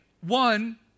One